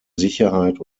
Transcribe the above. sicherheit